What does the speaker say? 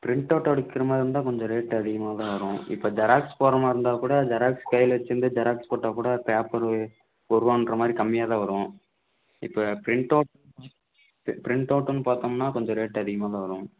printout அடிக்கிற மாதிரி இருந்தால் கொஞ்சம் ரேட் அதிகமாக தான் வரும் இப்போ ஜெராக்ஸ் போடுற மாதிரி இருந்தால் கூட ஜெராக்ஸ் கையில் வைச்சிருந்து ஜெராக்ஸ் போட்டால் கூட பேப்பரு ஒருபான்ற மாதிரி கம்மியாக தான் வரும் இப்போ பிரிண்ட்டவுட் பிரிண்ட்டவுட்டுன்னு பார்த்தோம்னா கொஞ்சம் ரேட் அதிகமாக தான் வரும்